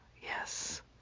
Yes